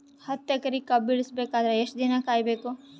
ಹತ್ತು ಎಕರೆ ಕಬ್ಬ ಇಳಿಸ ಬೇಕಾದರ ಎಷ್ಟು ದಿನ ಕಾಯಿ ಬೇಕು?